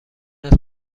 است